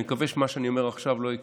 מקווה שמה שאני אומר עכשיו לא יקרה: